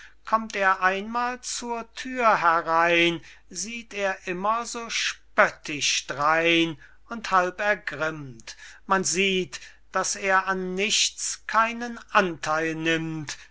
kommt er einmal zur thür herein sieht er immer so spöttisch drein und halb ergrimmt man sieht daß er an nichts keinen antheil nimmt